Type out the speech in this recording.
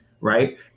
right